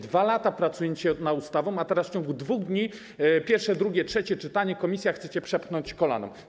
2 lata pracujecie nad ustawą, a teraz w ciągu 2 dni odbywa się pierwsze, drugie, trzecie czytanie, komisja, chcecie przepchnąć to kolanem.